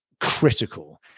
critical